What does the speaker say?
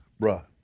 Bruh